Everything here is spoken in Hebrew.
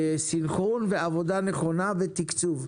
סנכרון ועבודה נכונה ותקצוב.